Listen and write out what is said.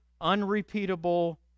unrepeatable